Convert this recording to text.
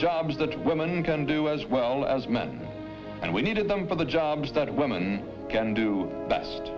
jobs that women can do as well as men and we needed them for the jobs that women can do best